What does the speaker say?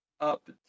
up